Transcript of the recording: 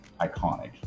iconic